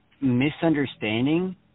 misunderstanding